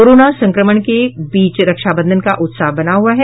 corona संक्रमण के बीच रक्षाबंधन का उत्साह बना हुआ है